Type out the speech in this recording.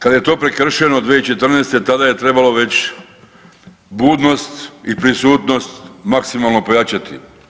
Kada je to prekršeno 2014. tada je trebalo već budnost i prisutnost maksimalno pojačati.